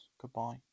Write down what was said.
Goodbye